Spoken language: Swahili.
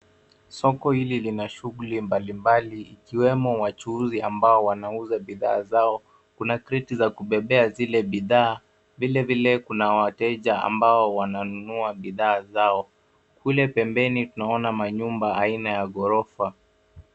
Soko hili lina shughuli mbalimbali ikiwemo wachuuzi ambao wanauza bidhaa zao. Kuna kreti za kubebea zile bidhaa. Vilevile kuna wateja ambao wananunua bidhaa zao. Kule pembeni tunaona manyumba aina ya ghorofa.